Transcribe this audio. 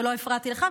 ולא הפרעתי לך,